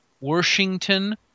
Washington